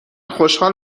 خوشحال